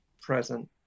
present